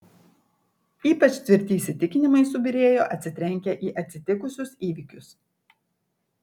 ypač tvirti įsitikinimai subyrėjo atsitrenkę į atsitikusius įvykius